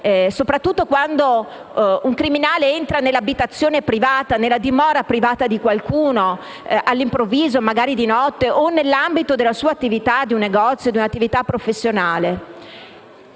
soprattutto quando un criminale entra nella dimora privata di qualcuno, all'improvviso (magari di notte), o nell'ambito della sua attività (di un negozio o di un'attività professionale),